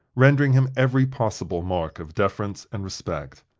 rendering him every possible mark of deference and respect.